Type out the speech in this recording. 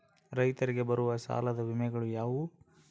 ರೈತರಿಗೆ ಬರುವ ಸಾಲದ ವಿಮೆಗಳು ಯಾವುವು?